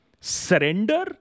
surrender